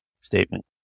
statement